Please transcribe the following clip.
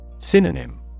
Synonym